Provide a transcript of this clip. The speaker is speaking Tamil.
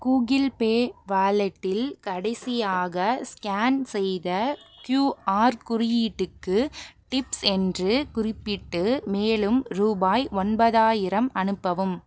கூகிள் பே வாலெட்டில் கடைசியாக ஸ்கேன் செய்த கியூஆர் குறியீட்டுக்கு டிப்ஸ் என்று குறிப்பிட்டு மேலும் ரூபாய் ஒன்பதாயிரம் அனுப்பவும்